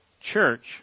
church